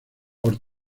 por